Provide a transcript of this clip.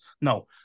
No